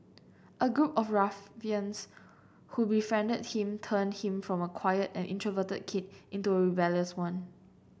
a group of ruffians who befriended him turned him from a quiet and introverted kid into rebellious one